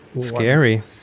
Scary